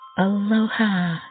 Aloha